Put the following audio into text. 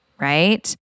right